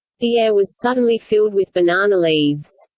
the air was suddenly filled with banana leaves.